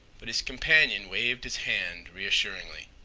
but his companion waved his hand reassuringly.